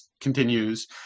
continues